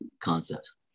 concept